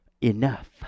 enough